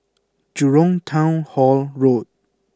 Jurong Town Hall Road